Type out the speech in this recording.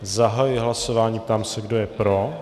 Zahajuji hlasování a ptám se, kdo je pro.